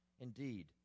indeed